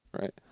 Right